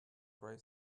gray